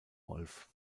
wolf